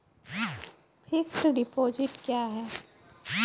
Fixed deposit क्या हैं?